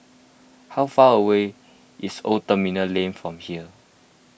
how far away is Old Terminal Lane from here